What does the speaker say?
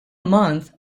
month